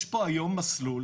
יש פה היום מסלול